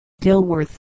dilworth